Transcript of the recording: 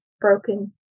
broken